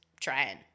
trying